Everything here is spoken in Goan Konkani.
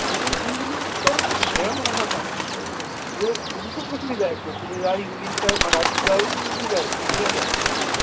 आनी इंग्लिश तर घे म्हण आसात सामकीं म्हणजे तुमका कसलीं जाय कोंकणी जाय इंग्लिश जाय मराठी जाय कितें जाय तीनय आसात